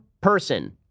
person